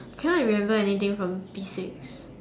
cannot remember anything from P six